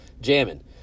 jamming